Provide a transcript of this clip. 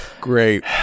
Great